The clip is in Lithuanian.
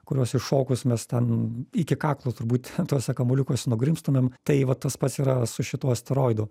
kuriuos įšokus mes ten iki kaklo turbūt tuose kamuoliukuose nugrimztamėm tai va tas pats yra su šituo asteroidu